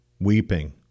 weeping